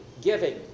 giving